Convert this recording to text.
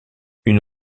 une